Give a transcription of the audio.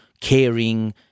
caring